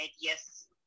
yes